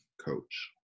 coach